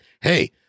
hey